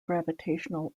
gravitational